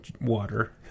water